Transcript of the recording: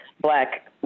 black